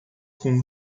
com